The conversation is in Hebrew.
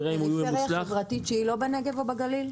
פריפריה חברתית שהיא לא בנגב ובגליל?